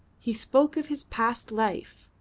he spoke of his past life,